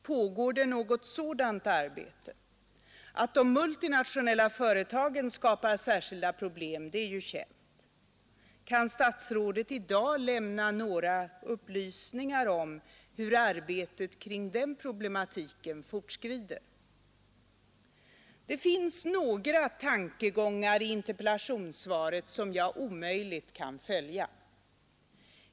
Pågår det något sådant arbete? Att de multinationella företagen skapar särskilda problem är ju känt. Kan statsrådet i dag lämna några upplysningar om hur arbetet kring den problematiken fortskrider? Det finns några tankegångar i interpellationssvaret som jag omöjligt kan följa.